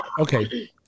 Okay